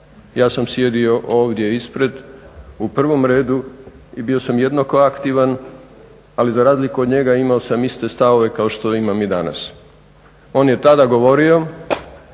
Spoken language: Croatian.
Ja sam sjedio ovdje ispred, u prvom redu i bio sam jednako aktivan ali za razliku od njega imao sam iste stavove kao što imam i danas. On je tada govorio